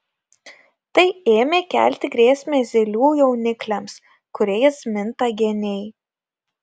tai ėmė kelti grėsmę zylių jaunikliams kuriais minta geniai